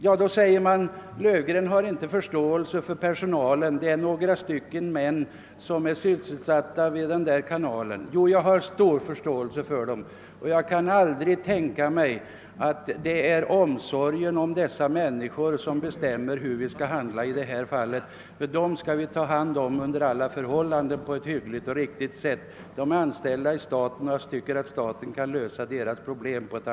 Nu säger man att jag inte har förståelse för personalens problem — det finns några män som är sysselsatta vid kanalen. Jo, jag har stor förståelse för dem, men jag tycker inte att omsorgen om dem skall få bestämma hur vi skall handla i detta fall. Dessa personer måste under alla förhållanden tas om hand på ett hyggligt sätt. De är anställda av staten, och staten bör lösa deras problem.